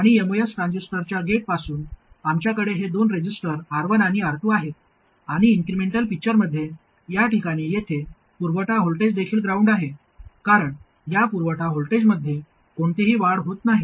आणि एमओएस ट्रान्झिस्टरच्या गेटपासून आमच्याकडे हे दोन रेझिस्टर R1 आणि R2 आहेत आणि इन्क्रिमेंटल पिक्चरमध्ये या ठिकाणी येथे पुरवठा व्होल्टेज देखील ग्राउंड आहे कारण या पुरवठा व्होल्टेजमध्ये कोणतीही वाढ होत नाही